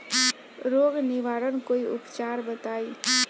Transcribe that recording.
रोग निवारन कोई उपचार बताई?